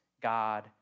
God